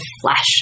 flesh